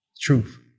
Truth